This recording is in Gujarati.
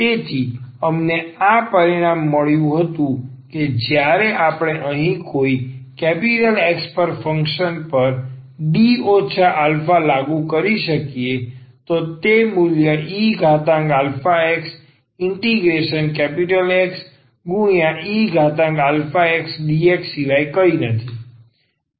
તેથી અમને આ પરિણામ મળ્યું કે જ્યારે આપણે અહીં કોઈ X પર કોઈ ફંક્શન પર D a લાગુ કરીએ છીએ તો તે મૂલ્ય eaxXe axdx સિવાય કંઈ નથી